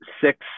six